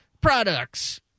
products